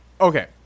Okay